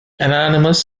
anonymous